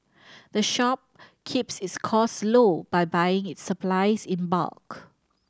the shop keeps its cost low by buying its supplies in bulk